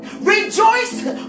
Rejoice